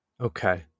Okay